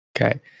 Okay